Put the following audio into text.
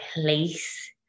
place